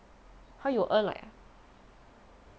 how you earn like